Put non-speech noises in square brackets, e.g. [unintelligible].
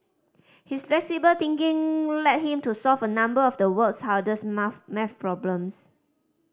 his flexible thinking led him to solve a number of the world's hardest [unintelligible] maths problems